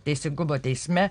teisingumo teisme